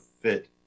fit